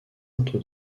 entre